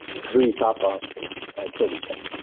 three top bosses killed each other.